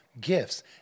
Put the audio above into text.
gifts